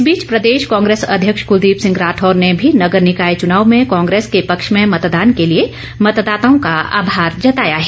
इस बीच प्रदेश कांग्रेस अध्यक्ष कुलदीप सिंह राठौर ने भी नगर निकाय चुनाव में कांग्रेस को पक्षे में मतदान के लिए मतदाताओं का आभार जताया है